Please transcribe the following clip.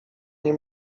nie